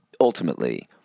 ultimately